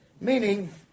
Meaning